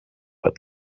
but